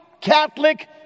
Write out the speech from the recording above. Catholic